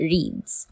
Reads